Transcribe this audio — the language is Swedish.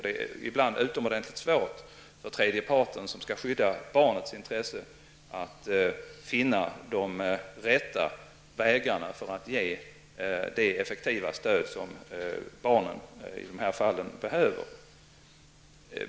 Ibland är det utomordentligt svårt för den tredje part som skall skydda barnets intressen att finna de rätta vägarna för att ge det effektiva stöd som barnen i de här fallen behöver.